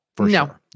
No